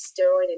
steroid